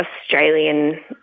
Australian